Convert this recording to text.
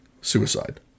suicide